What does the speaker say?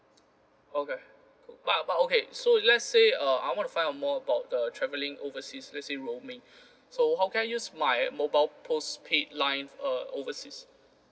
okay what about okay so let's say uh I want to find out more about the travelling overseas let's say roaming so how can I use my mobile postpaid line uh overseas